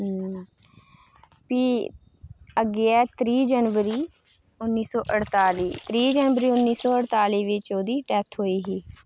भी अग्गें ऐ त्रीह् जनवरी उन्नी सौ अडताली त्रीह् जनवरी उन्नी सौ अडताली बिच ओह्दी डैथ होई ही